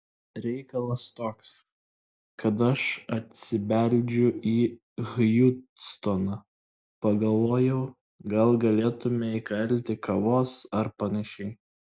reikalas toks kad aš atsibeldžiu į hjustoną pagalvojau gal galėtumėme įkalti kavos ar panašiai